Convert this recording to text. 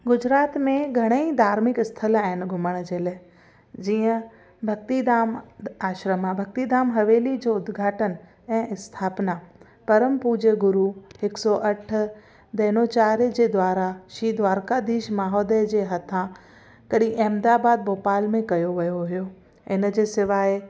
गुजरात में घणेई धार्मिक स्थलु आहिनि घुमण जे लाइ जीअं भक्तिधाम आश्रम आहे भक्तिधाम हवेली जो उद्घाटन ऐं स्थापना परमपूज्य गुरू हिकु सौ अठ देनोचार्य जे द्वारा श्री द्वारकाधीश महोदय जे हथा कड़ी अहमदाबाद भोपाल में कयो वियो हुयो इनजे सवाइ